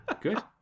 good